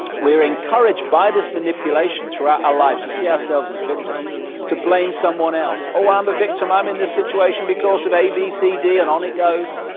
we are encouraged by this manipulation throughout our life to see ourselves as victims to blame someone else oh, ah i'm the victim, i'm in this situation because of a, b, c, d, and on it goes.